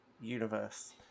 universe